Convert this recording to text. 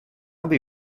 would